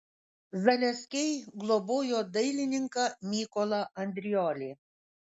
zaleskiai globojo dailininką mykolą andriolį